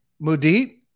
Mudit